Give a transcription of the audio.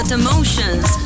emotions